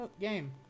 game